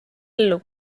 ellu